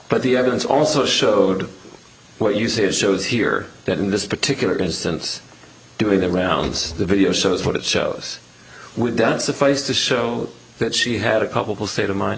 but the evidence also showed what you see it shows here that in this particular instance doing the rounds the video shows what it shows we don't suffice to show that she had a couple state of mind